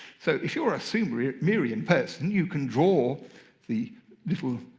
so if you're a sumerian sumerian person, you can draw the little